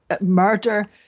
murder